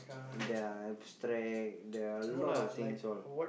uh there are abstract there are a lot of things all